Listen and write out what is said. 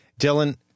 Dylan